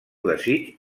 desig